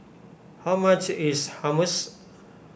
how much is Hummus